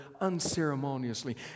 unceremoniously